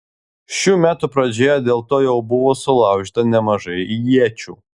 šių metų pradžioje dėl to jau buvo sulaužyta nemažai iečių